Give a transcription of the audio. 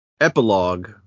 Epilogue